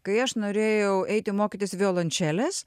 kai aš norėjau eiti mokytis violončelės